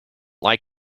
like